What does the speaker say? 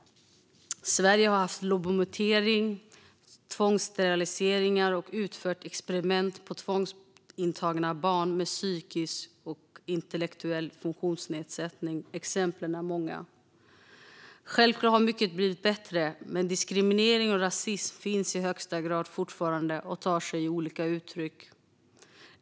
Sverige har genomfört lobotomeringar och tvångssteriliseringar och har utfört experiment på tvångsintagna barn med psykisk och intellektuell funktionsnedsättning. Exemplen är många. Självklart har mycket blivit bättre. Men diskriminering och rasism finns i högsta grad fortfarande och tar sig olika uttryck.